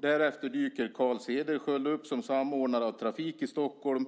Därefter dyker Carl Cederschiöld upp som samordnare av trafik i Stockholm.